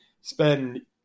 spend